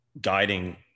guiding